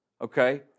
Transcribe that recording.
okay